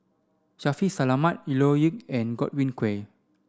Shaffiq Selamat Leo Yip and Godwin Koay